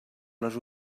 les